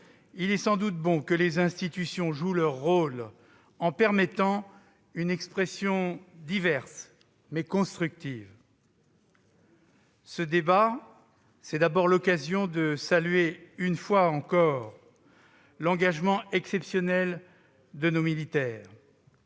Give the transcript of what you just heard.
il est sans doute bon que les institutions jouent leur rôle en permettant une expression diverse mais constructive. Ce débat est d'abord l'occasion de saluer une fois encore l'engagement exceptionnelde nos militaires.